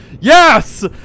Yes